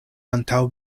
antaŭ